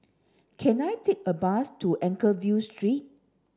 can I take a bus to Anchorvale Street